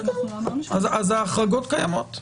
אז ההחרגות קיימות.